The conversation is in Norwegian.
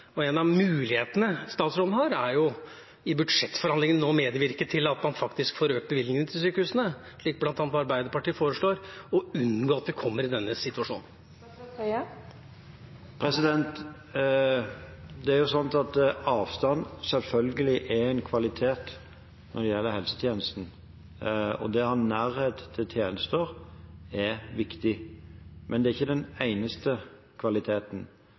En av mulighetene statsråden har, er i budsjettforhandlingene nå å medvirke til at man faktisk får økt bevilgningene til sykehusene, slik bl.a. Arbeiderpartiet foreslår, og unngår at en kommer i denne situasjonen. Det er jo slik at avstand selvfølgelig er en kvalitet når det gjelder helsetjenesten, og det å ha nærhet til tjenester er viktig. Men det er ikke den eneste kvaliteten.